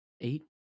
eight